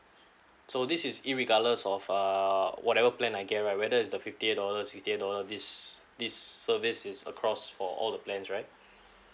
so this is irregardless of err whatever plan I get right whether it's the fifty eight dollars sixty eight dollars this this service is across for all the plans right